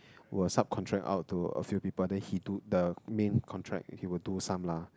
will subcontract out to a few people then he do the main contract he will do some lah